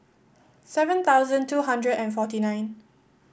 seven thousand two hundred and forty nine